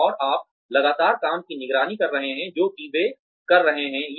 और आप लगातार काम की निगरानी कर रहे हैं जो कि वे कर रहे हैं